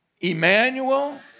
Emmanuel